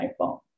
iPhone